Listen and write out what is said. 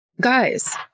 Guys